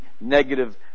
negative